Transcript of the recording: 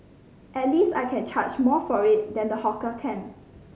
at least I can charge more for it than the hawker can